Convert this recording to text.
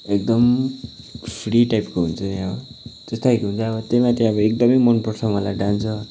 एकदम फ्री टाइपको हुन्छ नि अब त्यस्तै खाले हुन्छ त्यहाँ माथि अब एकदम मन पर्छ मलाई डान्स